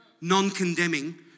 non-condemning